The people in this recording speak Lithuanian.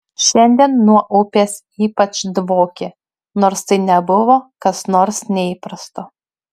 šiandien nuo upės ypač dvokė nors tai nebuvo kas nors neįprasto